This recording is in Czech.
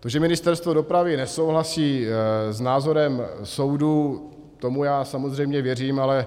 To, že Ministerstvo dopravy nesouhlasí s názorem soudů, tomu já samozřejmě věřím, ale